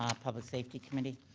um public safety committee.